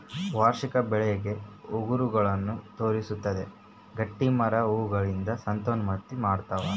ವಾರ್ಷಿಕ ಬೆಳವಣಿಗೆಯ ಉಂಗುರಗಳನ್ನು ತೋರಿಸುತ್ತದೆ ಗಟ್ಟಿಮರ ಹೂಗಳಿಂದ ಸಂತಾನೋತ್ಪತ್ತಿ ಮಾಡ್ತಾವ